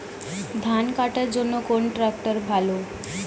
ধান কাটার জন্য কোন ট্রাক্টর ভালো?